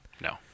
No